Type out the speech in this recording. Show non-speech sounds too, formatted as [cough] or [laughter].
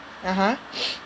(uh huh) [breath]